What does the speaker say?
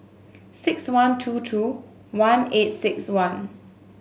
six one two two one eight six one